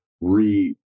re